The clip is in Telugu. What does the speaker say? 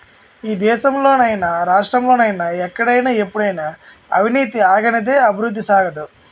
ఈ దేశంలో నైనా రాష్ట్రంలో నైనా ఎక్కడైనా ఎప్పుడైనా అవినీతి ఆగనిదే అభివృద్ధి సాగదు